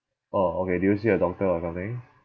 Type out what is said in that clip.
orh okay did you see a doctor or something